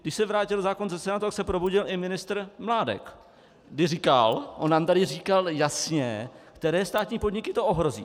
Když se vrátil zákon ze Senátu, tak se probudil i ministr Mládek, když říkal on nám tady říkal jasně, které státní podniky to ohrozí.